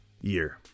year